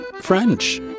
French